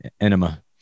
Enema